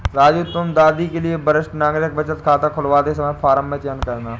राजू तुम दादी के लिए वरिष्ठ नागरिक बचत खाता खुलवाते समय फॉर्म में चयन करना